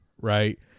Right